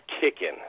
kicking